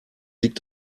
liegt